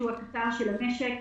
שהוא הקטר של המשק.